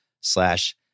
slash